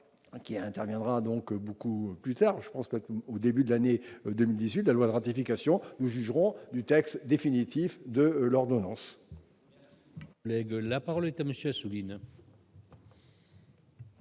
qui interviendra donc beaucoup plus tard, je pense qu'au début de l'année 2018 loi de ratification, nous jugerons du texte définitif de l'ordonnance.